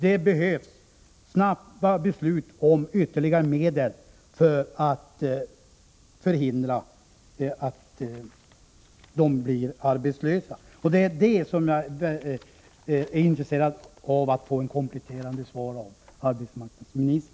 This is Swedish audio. Det krävs snabba beslut om ytterligare medel för att man skall kunna förhindra att de blir arbetslösa. Det är på den punkten som jag är intresserad av att få ett kompletterande besked från arbetsmarknadsministern.